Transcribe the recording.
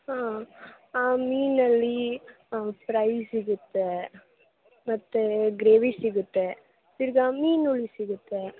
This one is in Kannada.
ಹಾಂ ಆ ಮೀನಲ್ಲಿ ಫ್ರೈ ಸಿಗುತ್ತೆ ಮತ್ತು ಗ್ರೇವಿ ಸಿಗುತ್ತೆ ತಿರಗಾ ಮೀನು ಹುಳಿ ಸಿಗುತ್ತೆ